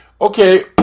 Okay